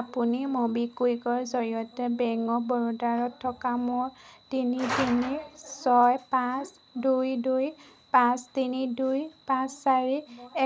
আপুনি ম'বিকুইকৰ জৰিয়তে বেংক অৱ বৰোদাত থকা মোৰ তিনি তিনি ছয় পাঁচ দুই দুই পাঁচ তিনি দুই পাঁচ চাৰি